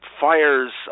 fires